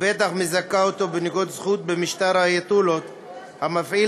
ובטח מזכה אותו בנקודות זכות במשטר האייתולות המפעיל